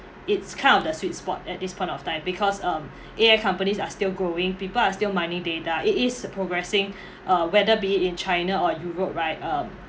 it's kind of the sweet spot at this point of time because um A_I companies are still growing people are still mining data it is progressing uh whether be it in china or europe right um